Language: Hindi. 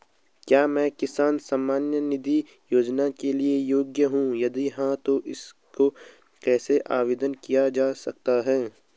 क्या मैं किसान सम्मान निधि योजना के लिए योग्य हूँ यदि हाँ तो इसको कैसे आवेदन किया जा सकता है?